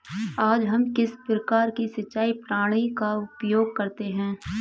आज हम किस प्रकार की सिंचाई प्रणाली का उपयोग करते हैं?